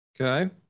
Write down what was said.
Okay